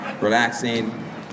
relaxing